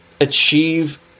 achieve